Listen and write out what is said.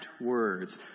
words